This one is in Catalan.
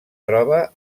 troba